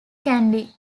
candy